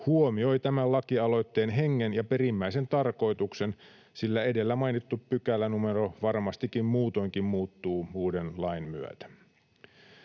huomioivat tämän lakialoitteen hengen ja perimmäisen tarkoituksen, sillä edellä mainittu pykälänumero varmastikin muutoinkin muuttuu uuden lain myötä.